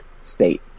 state